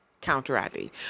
counteracting